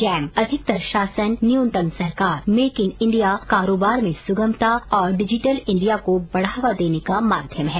jam अधिकतम शासन न्यूनतम सरकार मेक इन इंडिया कारोबार में सुगमता और डिजिटल इंडिया को बढ़ावा देने का माध्यम है